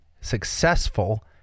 successful